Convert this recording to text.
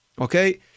Okay